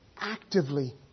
actively